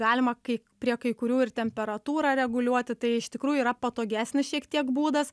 galima kai prie kai kurių ir temperatūrą reguliuoti tai iš tikrųjų yra patogesnis šiek tiek būdas